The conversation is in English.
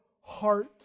heart